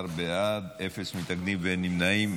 11 בעד, אין מתנגדים ואין נמנעים.